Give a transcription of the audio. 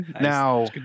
Now